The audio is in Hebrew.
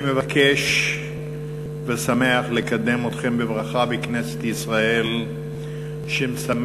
אני מבקש ושמח לקדם אתכם בברכה בכנסת ישראל שמסמלת